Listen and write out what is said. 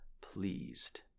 pleased